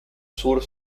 sur